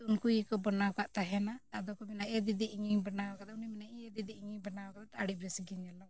ᱛᱚ ᱩᱱᱠᱩ ᱜᱮᱠᱚ ᱵᱮᱱᱟᱣ ᱟᱠᱟᱫ ᱛᱟᱦᱮᱱᱟ ᱟᱫᱚ ᱠᱚ ᱢᱮᱱᱟ ᱮ ᱫᱤᱫᱤ ᱤᱧᱤᱧ ᱵᱮᱱᱟᱣ ᱠᱟᱫᱟ ᱩᱱᱤ ᱢᱮᱱᱟᱭ ᱤᱭᱟᱹ ᱫᱤᱫᱤ ᱤᱧᱤᱧ ᱵᱮᱱᱟᱣ ᱠᱟᱫᱟ ᱟᱹᱰᱤ ᱵᱮᱥᱜᱮ ᱧᱮᱞᱚᱜ ᱠᱟᱱᱟ